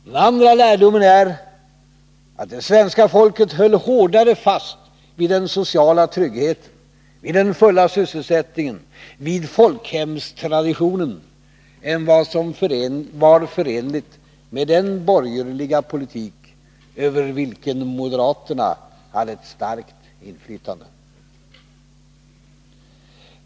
Den andra lärdomen är att det svenska folket höll hårdare fast vid den sociala tryggheten, vid den fulla sysselsättningen, vid folkhemstraditionen än vad som var förenligt med den borgerliga politik över vilken moderaterna hade ett starkt inflytande.